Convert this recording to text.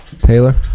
Taylor